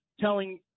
telling